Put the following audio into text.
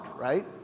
right